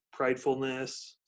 pridefulness